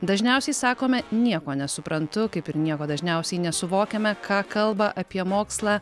dažniausiai sakome nieko nesuprantu kaip ir nieko dažniausiai nesuvokiame ką kalba apie mokslą